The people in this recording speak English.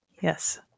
yes